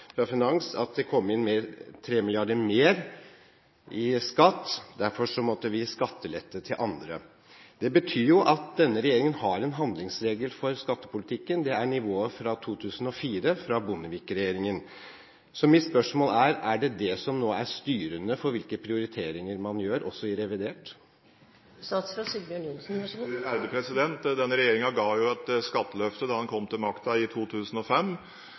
at det kommer inn 3 mrd. kr mer i skatt, og derfor må man gi skattelette til andre. Det betyr at denne regjeringen har en handlingsregel for skattepolitikken, og det er nivået fra 2004 – fra Bondevik-regjeringen. Mitt spørsmål er: Er det det som er styrende for hvilke prioriteringer man gjør, også i revidert? Denne regjeringen ga et skatteløfte da den kom til makten i 2005, og det var at man skulle videreføre det skattenivået som var i